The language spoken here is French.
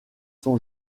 sont